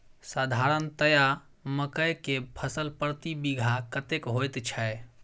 साधारणतया मकई के फसल प्रति बीघा कतेक होयत छै?